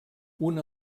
una